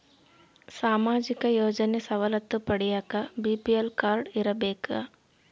ಸಾಮಾಜಿಕ ಯೋಜನೆ ಸವಲತ್ತು ಪಡಿಯಾಕ ಬಿ.ಪಿ.ಎಲ್ ಕಾಡ್೯ ಇರಬೇಕಾ?